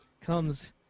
comes